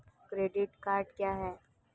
Credit card क्या है?